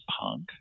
punk